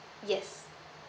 yes